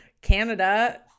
Canada